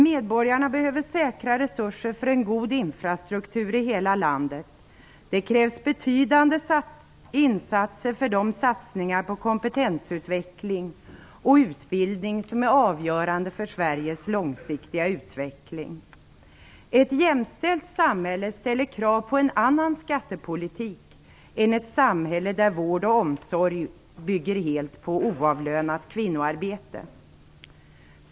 Medborgarna behöver säkra resurser för en god infrastruktur i hela landet. Det krävs betydande tillskott för de satsningar på kompetensutveckling och utbildning som är avgörande för Sveriges långsiktiga utveckling. Ett jämställt samhälle ställer krav på en annan skattepolitik än ett samhälle där vård och omsorg helt bygger på oavlönat kvinnoarbete.